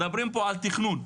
מדברים פה על תכנון.